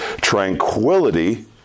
tranquility